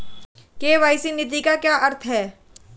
KYC नीति का क्या अर्थ है?